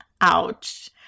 Ouch